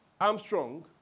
Armstrong